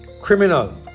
criminal